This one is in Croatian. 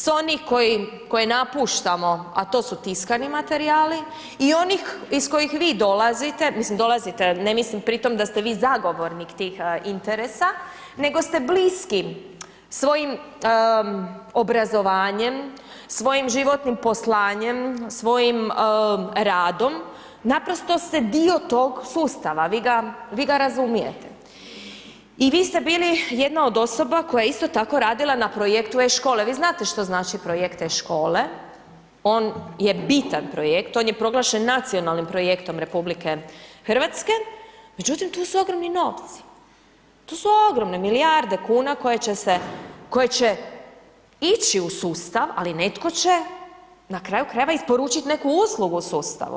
S oni koji, koje napuštamo a to su tiskani materijali i onih iz kojih vi dolazite, mislim dolazite ne mislim pri tom da ste vi zagovornik tih interesa nego ste bliskim svojim obrazovanjem, svojim životnim poslanjem, svojim radom naprosto ste dio tog sustava, vi ga razumijete i vi ste bili jedna od osoba koja je isto tako radila na projektu e-škole, vi znate što znači projekt e-škole on je bitan projekt, on je proglašen nacionalnim projektom RH, međutim tu su ogromni novci, to su ogromne milijarde kuna koje će se, koje će ići u sustav ali netko će na kraju krajeva isporučit neku uslugu sustavu.